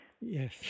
Yes